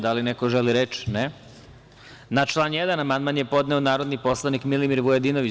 Da li neko želi reč? (Ne) Na član 1. amandman je podneo narodni poslanik Milimir Vujadinović.